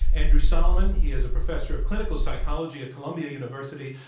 andrew solomon. he is a professor of clinical psychology at columbia university,